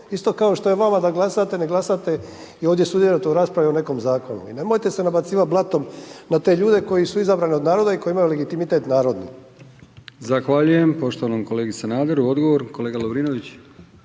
Isto kao što je vama da glasate, ne glasate i ovdje sudjelovati u raspravi o nekom zakonu. Nemojte se nabacivati blatom na te ljude, koji su izabrani od naroda i koji imaju legitimitet narodu. **Brkić, Milijan (HDZ)** Zahvaljujem poštovanom kolegi Sanaderu, odgovor kolega Lovrinović.